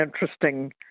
interesting